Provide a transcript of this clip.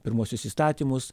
pirmuosius įstatymus